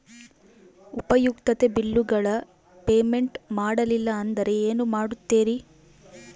ಉಪಯುಕ್ತತೆ ಬಿಲ್ಲುಗಳ ಪೇಮೆಂಟ್ ಮಾಡಲಿಲ್ಲ ಅಂದರೆ ಏನು ಮಾಡುತ್ತೇರಿ?